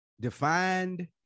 defined